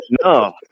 No